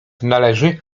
należy